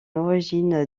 origine